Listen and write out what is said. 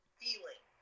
feeling